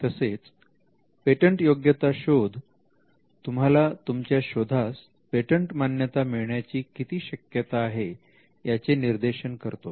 तसेच पेटंटयोग्यता शोध तुम्हाला तुमच्या शोधास पेटंट मान्यता मिळण्याची किती शक्यता आहे याचे निर्देशन करतो